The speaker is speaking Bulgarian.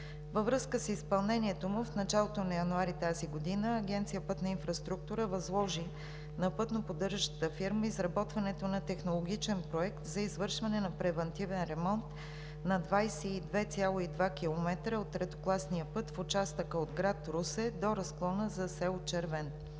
Във връзка с изпълнението му в началото на януари тази година Агенция „Пътна инфраструктура“ възложи на пътно поддържащата фирма изработването на Технологичен проект за извършване на превантивен ремонт на 22,2 км от третокласния път в участъка от град Русе до разклона за село Червен.